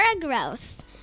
Gross